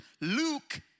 Luke